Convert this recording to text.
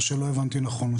או שלא הבנתי נכון?